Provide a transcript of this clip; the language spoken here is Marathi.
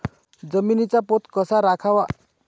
जमिनीचा पोत कसा राखावा?